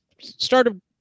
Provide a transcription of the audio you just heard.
started